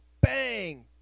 bang